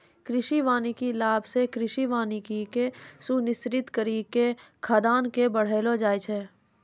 कृषि वानिकी लाभ से कृषि वानिकी के सुनिश्रित करी के खाद्यान्न के बड़ैलो जाय छै